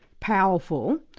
powerful,